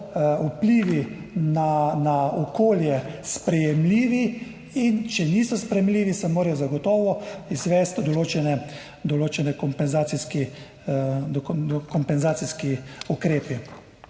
vplivi na okolje sprejemljivi, in če niso sprejemljivi, se morajo zagotovo izvesti določeni kompenzacijski ukrepi.